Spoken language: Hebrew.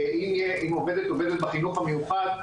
ואם עובדת עובדת בחינוך המיוחד,